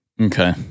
okay